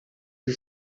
the